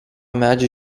medžių